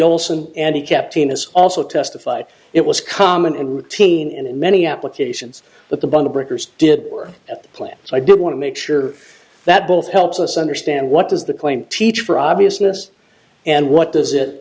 olson and he kept in his also testified it was common in routine and in many applications that the bundle breakers did work at the plant so i don't want to make sure that both helps us understand what does the claim teach for obviousness and what does it